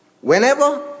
whenever